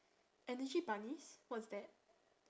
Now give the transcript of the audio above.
energy bunnies what's that